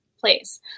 place